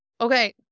Okay